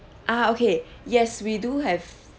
ah okay yes we do have